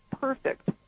perfect